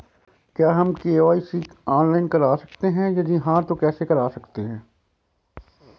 क्या हम KYC online करा सकते हैं यदि हाँ तो कैसे करा सकते हैं?